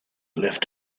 left